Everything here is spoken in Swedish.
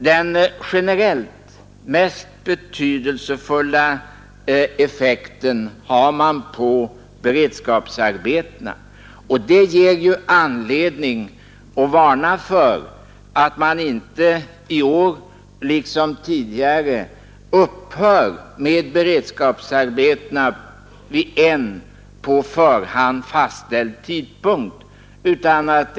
Den generellt mest betydelsefulla effekten har beredskapsarbetena, och det ger ju anledning att varna för att i år, liksom tidigare, upphöra med beredskapsarbetena vid en på förhand fastställd tidpunkt.